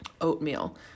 Oatmeal